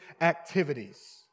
activities